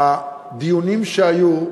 בדיונים שהיו,